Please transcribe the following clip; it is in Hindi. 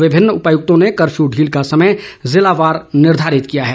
विभिन्न उपायुक्तों ने कर्फ्यू ढील का समय जिलावार निर्घारित किया है